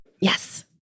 Yes